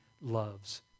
loves